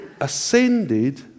ascended